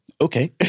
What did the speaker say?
Okay